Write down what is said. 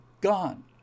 gone